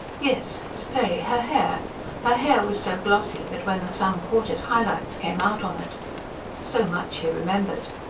yes, stay her hair her hair was so glossy that, when the sun caught it, high lights came out on it so much he remembered.